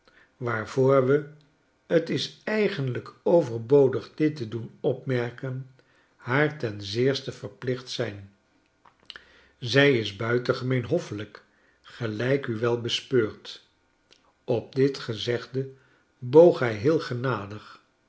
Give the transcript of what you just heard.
waarvoor we t is eigenlijk overbodig dit te doen opmerken haar ten zeerste verplicht zijn zij is buitengemeen hoffelijk gelijk u wel bespeurt op dit gezegde boog zij heel genadig